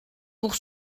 pour